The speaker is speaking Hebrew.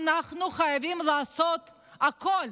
"אנחנו חייבים לעשות הכול